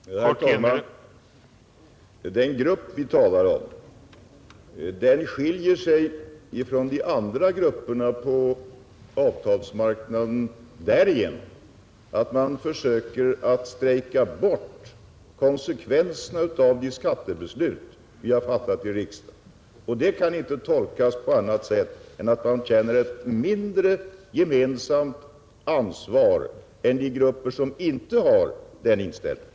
Herr talman! Den grupp vi talar om skiljer sig från de andra grupperna på avtalsmarknaden därigenom att den försöker strejka bort konsekvenserna av de skattebeslut vi fattat i riksdagen. Det kan inte tolkas på annat sätt än att denna grupp känner ett mindre gemensamt ansvar än de grupper känner som inte har den inställningen.